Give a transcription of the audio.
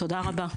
תודה רבה.